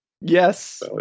Yes